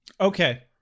Okay